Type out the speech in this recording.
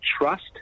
trust